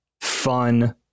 fun